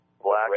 black